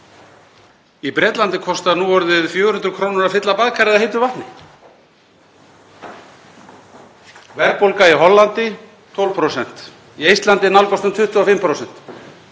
Í Bretlandi kostar núorðið 400 kr. að fylla baðkarið af heitu vatni. Verðbólga í Hollandi er 12%, í Eistlandi nálgast hún 25%